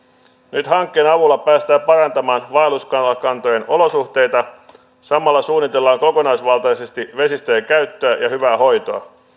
nyt hankkeen avulla päästään parantamaan vaelluskalakantojen olosuhteita samalla suunnitellaan kokonaisvaltaisesti vesistöjen käyttöä ja hyvää hoitoa